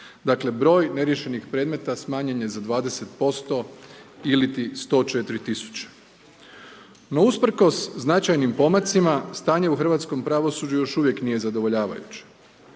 Dakle broj neriješenih predmeta smanjen je za 20% ili ti 104 000. No usprkos značajnim pomacima stanje u Hrvatskom pravosuđu još uvijek nije zadovoljavajuće.